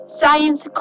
science